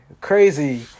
Crazy